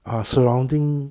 uh surrounding